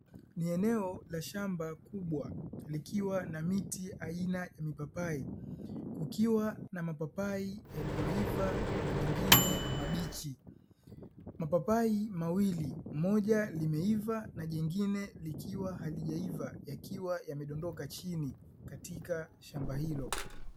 Ni eneo la shamba kubwa likiwa na miti aina ya mipapai kukiwa na mapapai yaliyoiva na mengine mabichi. Mapapai mawili moja limeiva na jingine likiwa halijaiva yakiwa yamedondoka chini katika shamba hilo.